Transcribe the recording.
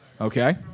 Okay